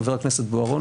חבר הכנסת בוארון,